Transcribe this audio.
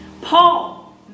Paul